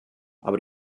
aber